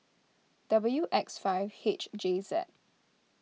W X five H J Z